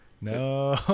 No